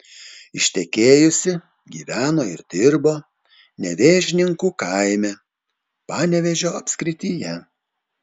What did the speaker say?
ištekėjusi gyveno ir dirbo nevėžninkų kaime panevėžio apskrityje